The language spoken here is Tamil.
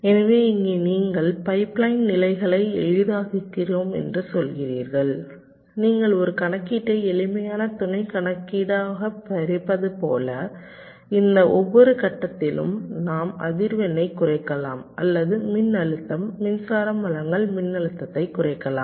எனவே இங்கே நீங்கள் பைப்லைன் நிலைகளை எளிதாக்குகிறோம் என்று சொல்கிறீர்கள் நீங்கள் ஒரு கணக்கீட்டை எளிமையான துணை கணக்கீடாகப் பிரிப்பது போல இந்த ஒவ்வொரு கட்டத்திலும் நாம் அதிர்வெண்ணைக் குறைக்கலாம் அல்லது மின்னழுத்தம் மின்சாரம் வழங்கல் மின்னழுத்தத்தைக் குறைக்கலாம்